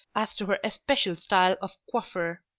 as to her especial style of coiffure.